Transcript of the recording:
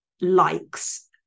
likes